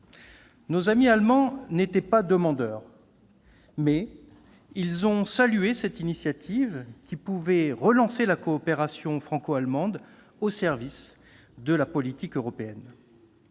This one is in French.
Nos amis allemands n'étaient pas demandeurs, mais ils ont salué cette initiative, qui pouvait relancer la coopération franco-allemande au service de la politique européenne.